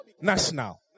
national